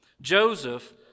Joseph